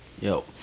yo